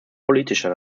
politischer